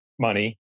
money